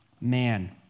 man